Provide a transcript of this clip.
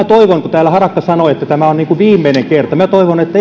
toivon kun täällä harakka sanoi että tämä on viimeinen kerta että